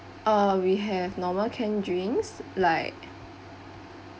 uh we have normal canned drinks like